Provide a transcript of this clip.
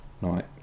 night